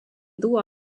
tuua